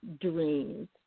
dreams